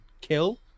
kill